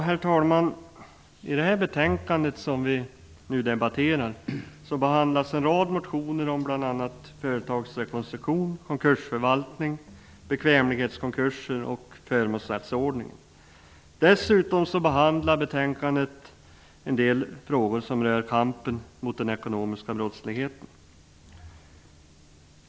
Herr talman! I det betänkande som vi nu debatterar behandlas en rad motioner om bl.a. företagsrekonstruktion, konkursförvaltning, bekvämlighetskonkurser och förmånsrättsordningen. Dessutom behandlas en del frågor som rör kampen mot den ekonomiska brottsligheten.